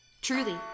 truly